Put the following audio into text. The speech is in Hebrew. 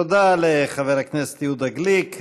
תודה לחבר הכנסת יהודה גליק.